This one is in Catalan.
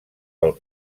pel